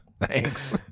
Thanks